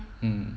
mm